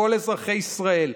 כל אזרחי ישראל,